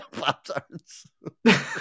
Pop-Tarts